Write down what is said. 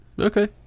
Okay